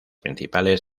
principales